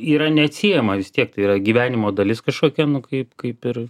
yra neatsiejama vis tiek tai yra gyvenimo dalis kažkokia nu kaip kaip ir